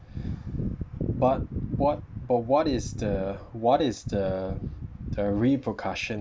but what but what is the what is the the repercussions